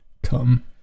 Come